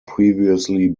previously